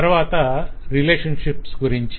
తరవాత రిలేషన్షిప్స్ గురించి